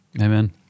Amen